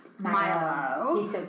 Milo